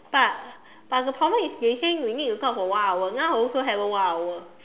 but but the problem is they say we need to talk for one hour now also haven't one hour